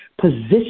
position